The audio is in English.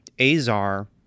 Azar